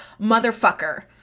Motherfucker